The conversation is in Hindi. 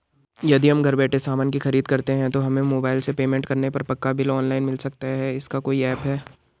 यदि हम घर बैठे सामान की खरीद करते हैं तो हमें मोबाइल से पेमेंट करने पर पक्का बिल ऑनलाइन मिल सकता है इसका कोई ऐप है